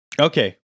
Okay